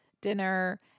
dinner